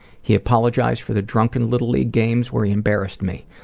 he apologized for the drunken little league games where he embarrassed me,